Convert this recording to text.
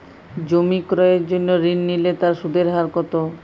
জমি ক্রয়ের জন্য ঋণ নিলে তার সুদের হার কতো?